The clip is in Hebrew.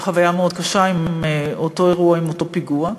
חוויה מאוד קשה עם אותו אירוע, עם אותו פיגוע,